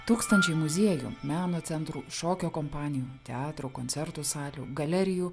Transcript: tūkstančiai muziejų meno centrų šokio kompanijų teatrų koncertų salių galerijų